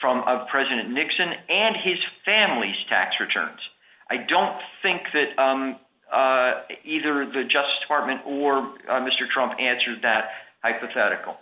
from president nixon and his family's tax returns i don't think that either the just apartment or mr trump answered that hypothetical